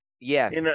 Yes